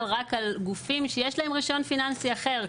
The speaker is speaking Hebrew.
רק על גופים שיש להם רישיון פיננסי אחר,